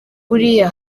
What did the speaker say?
buriya